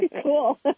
Cool